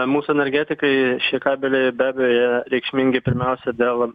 mūsų energetikai šie kabeliai be abejo yra reikšmingi pirmiausia dėl